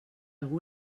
algú